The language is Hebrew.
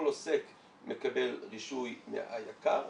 כל עוסק מקבל רישוי מהיק"ר,